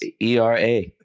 Era